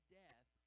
death